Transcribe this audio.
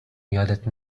یادت